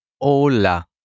Hola